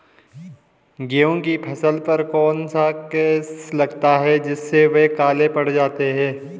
गेहूँ की फसल पर कौन सा केस लगता है जिससे वह काले पड़ जाते हैं?